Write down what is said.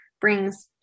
brings